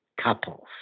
couples